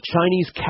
Chinese